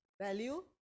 value